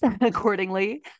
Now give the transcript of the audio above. accordingly